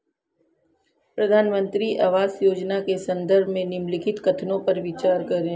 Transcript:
प्रधानमंत्री आवास योजना के संदर्भ में निम्नलिखित कथनों पर विचार करें?